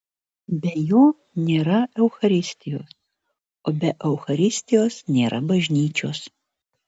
be jo nėra eucharistijos o be eucharistijos nėra bažnyčios